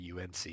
UNC